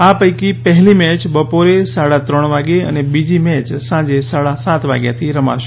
આ પૈકી પહેલી મેચ બપોરે સાડા ત્રણ વાગે અને બીજી મેચ સાંજે સાડા સાત વાગ્યાથી રમાશે